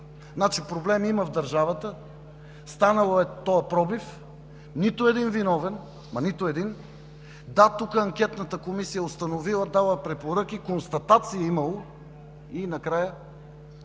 проблем има в държавата, станал е този пробив, нито един виновен, нито един. Да, тук Анкетната комисия е установила, дала е препоръки, констатации е имало и накрая?